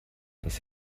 dass